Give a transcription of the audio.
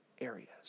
areas